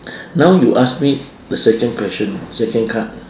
now you ask me the second question second card